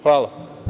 Hvala.